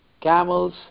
camels